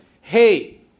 hey